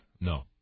No